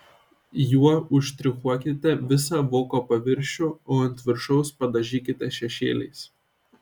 juo užštrichuokite visą voko paviršių o ant viršaus padažykite šešėliais